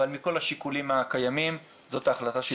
אבל מכל השיקולים הקיימים זאת ההחלטה שהתקבלה.